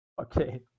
Okay